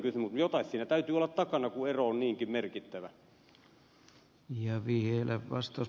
mutta jotain siinä täytyy olla takana kun ero on niinkin merkittävä